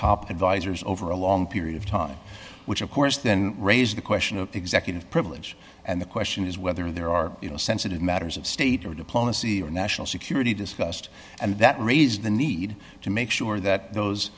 top advisers over a long period of time which of course then raised the question of executive privilege and the question is whether there are you know sensitive matters of state or diplomacy or national security discussed and that raised the need to make sure that those